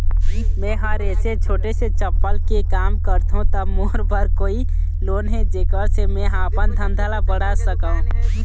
मैं हर ऐसे छोटे से चप्पल के काम करथों ता मोर बर कोई लोन हे जेकर से मैं हा अपन धंधा ला बढ़ा सकाओ?